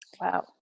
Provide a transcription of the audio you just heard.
Wow